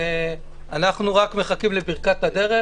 אנחנו רק מחכים לברכת הדרך,